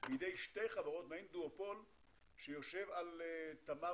בידי שתי חברות, מעין דואופול שיושב על תמר